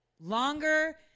longer